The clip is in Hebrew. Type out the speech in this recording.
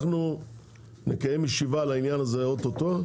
אנחנו נקיים ישיבה על העניין הזה אוטוטו,